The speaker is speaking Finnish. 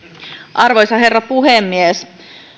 arvoisa herra puhemies